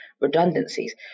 redundancies